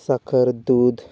साखर दूध